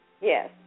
Yes